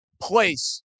place